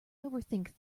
overthink